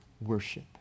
worship